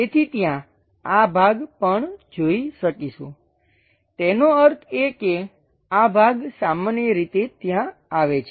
તેથી ત્યાં આ ભાગ પણ જોઈ શકીશું તેનો અર્થ એ કે આ ભાગ સામાન્ય રીતે ત્યાં આવે છે